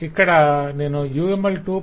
ఇక్కడ నేను UML 2